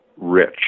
rich